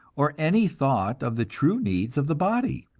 or any thought of the true needs of the body.